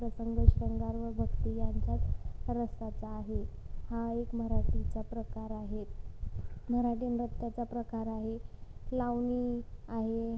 शृंगार व भक्ती यांच्याच रस्त्याचा आहे हा एक मराठीचा प्रकार आहे मराठी नृत्याचा प्रकार आहे लावणी आहे